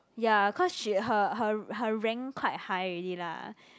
ya cause she her her her rank quite high already lah